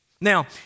Now